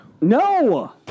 No